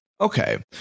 Okay